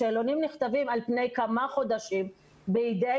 השאלונים נכתבים על פני כמה חודשים בידי